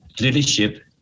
leadership